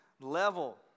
level